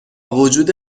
وجود